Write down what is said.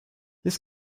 this